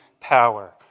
power